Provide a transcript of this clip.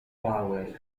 powell